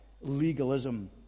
legalism